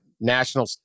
National